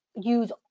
use